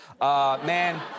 man